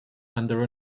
under